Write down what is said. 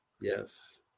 Yes